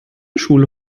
schule